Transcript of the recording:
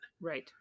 Right